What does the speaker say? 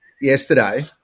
yesterday